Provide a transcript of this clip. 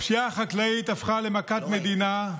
הפשיעה החקלאית הפכה למכת מדינה,